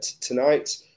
tonight